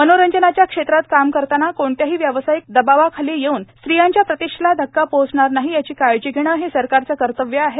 मनोरंजनाच्या क्षेत्रात काम करताना कोणत्याही व्यावसायिक दबावाखाली येऊन स्त्रियांच्या प्रतिष्ठेला धक्का पोहोचणार नाही याची काळजी घेणं हे सरकारचं कर्तव्य आहे